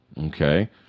Okay